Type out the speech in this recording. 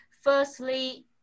firstly